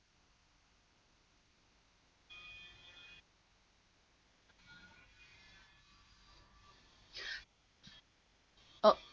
oh